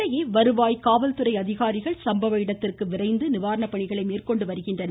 இதனிடையே வருவாய் காவல்துறை அதிகாரிகள் சம்பவ இடத்திற்கு விரைந்து நிவாரணப்பணிகளை மேற்கொண்டு வருகின்றனர்